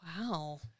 Wow